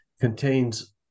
contains